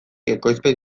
ekoizpen